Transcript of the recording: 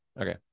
Okay